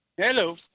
Hello